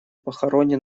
похоронен